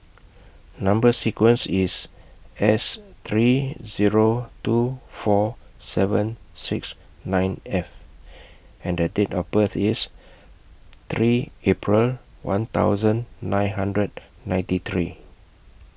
Number sequence IS S three Zero two four seven six nine F and The Date of birth IS three April one thousand nine hundred ninety three